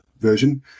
version